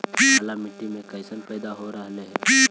काला मिट्टी मे कैसन पैदा हो रहले है?